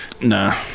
no